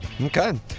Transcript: Okay